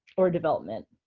or development.